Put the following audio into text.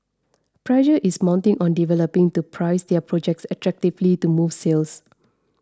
pressure is mounting on developers to price their projects attractively to move sales